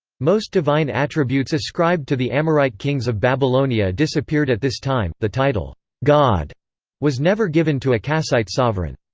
most divine attributes ascribed to the amorite kings of babylonia disappeared at this time the title god was never given to a kassite sovereign.